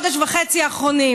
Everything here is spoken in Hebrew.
חודש וחצי האחרונים?